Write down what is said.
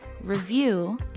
review